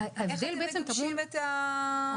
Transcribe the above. איך אתם מגבשים את ההנחיה?